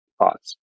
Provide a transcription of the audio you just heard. thoughts